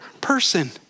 person